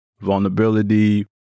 vulnerability